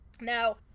Now